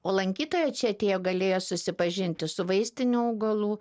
o lankytojai čia atėję galėjo susipažinti su vaistinių augalų